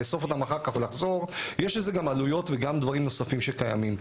לאסוף אותם אחר כך ולחזור - יש לזה גם עלויות וגם דברים נוספים שקיימים.